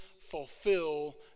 fulfill